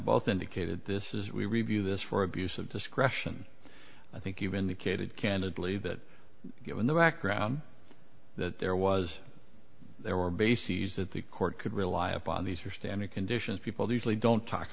both indicated this is we review this for abuse of discretion i think you've indicated candidly that given the background that there was there were bases that the court could rely upon these are standard conditions people usually don't talk